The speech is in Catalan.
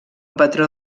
patró